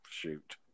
shoot